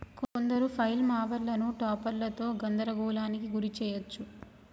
కొందరు ఫ్లైల్ మూవర్లను టాపర్లతో గందరగోళానికి గురి చేయచ్చు